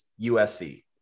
USC